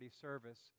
service